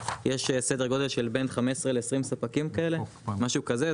יש סדר גודל של בין 15 ל- 20 ספקים כאלה משהו כזה,